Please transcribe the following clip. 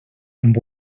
amb